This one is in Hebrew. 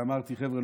ואמרתי: חבר'ה,